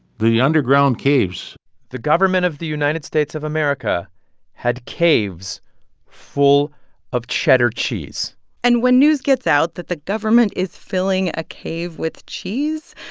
the underground caves the government of the united states of america had caves full of cheddar cheese and when news gets out that the government is filling a cave with cheese,